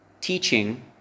teaching